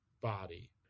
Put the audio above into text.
body